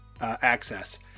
access